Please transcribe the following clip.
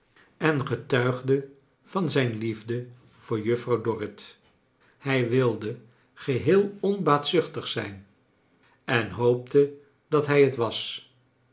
en getuigde van zijn liefde voor juffrouw dorrit hij wilde geheel onbaatzuchtig zijn en hoopte dat hij t was